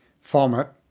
format